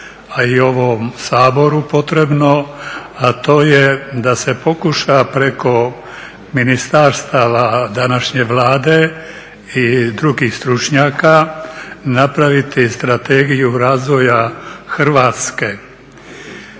a i ovom Saboru potrebno, a to je da se pokuša preko ministarstava današnje Vlade i drugih stručnjaka napraviti Strategiju razvoja Hrvatske.